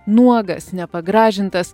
nuogas nepagražintas